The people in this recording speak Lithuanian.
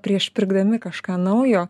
prieš pirkdami kažką naujo